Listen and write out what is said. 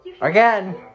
Again